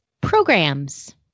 programs